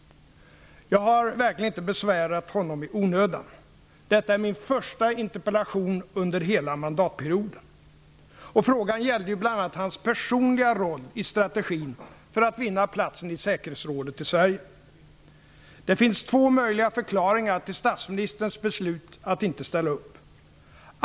Jag har verkligen inte besvärat honom i onödan. Detta är min första interpellation under hela mandatperioden. Frågan gällde ju bl.a. hans personliga roll i strategin för att vinna platsen i säkerhetsrådet till Sverige. Det finns två möjliga förklaringar till statsministerns beslut att inte ställa upp.